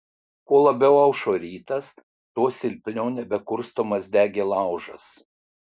kuo labiau aušo rytas tuo silpniau nebekurstomas degė laužas